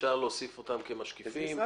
אפשר להוסיף אותם כמשקיפים.